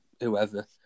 whoever